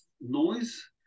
noise